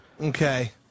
Okay